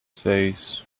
seis